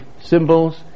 symbols